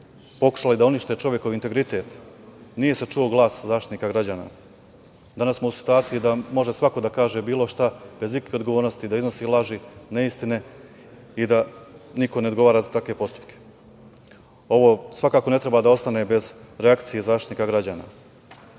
pokušali da unište čovekov integritet nije se čuo glas Zaštitnika građana. Danas smo u situaciji da može svako da kaže bilo šta, bez ikakve odgovornosti da iznosi laži, neistine i da niko ne odgovara za takve postupke. Ovo svakako ne treba da ostane bez reakcije Zaštitnika građana.